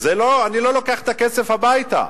אני לא לוקח את הכסף הביתה.